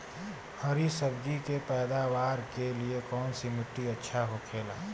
हरी सब्जी के पैदावार के लिए कौन सी मिट्टी अच्छा होखेला?